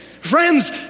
Friends